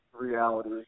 reality